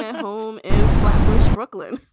home in flatbush brooklyn.